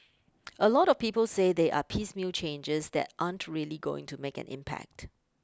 a lot of people say they are piecemeal changes that aren't really going to make an impact